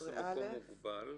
למקום מוגבל,